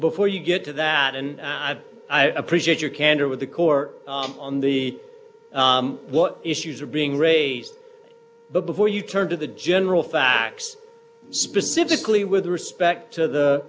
before you get to that and i appreciate your candor with the core on the what issues are being raised but before you turn to the general facts specifically with respect to the